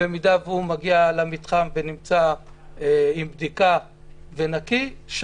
אם הוא מגיע למתחם ונמצא עם בדיקה ונקי,